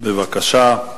בבקשה.